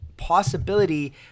possibility